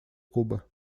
кубы